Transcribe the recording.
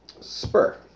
Spur